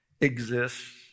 exists